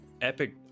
epic